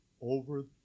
over